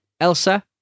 Elsa